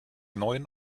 neuen